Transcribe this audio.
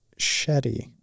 Shetty